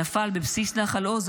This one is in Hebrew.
שנפל בבסיס נחל עוז,